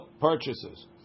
purchases